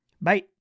bye